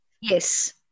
Yes